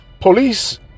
police